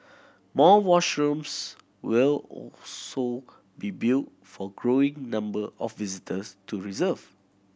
more washrooms will also be built for growing number of visitors to reserve